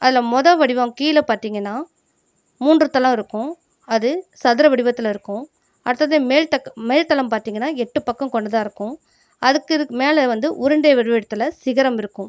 அதில் மொதல் வடிவம் கீழே பார்த்தீங்கன்னா மூன்று தளம் இருக்கும் அது சதுர வடிவத்தில இருக்கும் அடுத்தது மேல் மேல் தளம் பார்த்தீங்கன்னா எட்டுப் பக்கம் கொண்டதாக இருக்கும் அதுக்கு இது மேல் வந்து உருண்டை வடிவத்தில் சிகரம் இருக்கும்